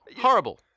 Horrible